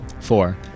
Four